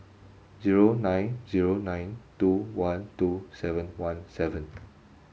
zero nine zero nine two one two seven one seven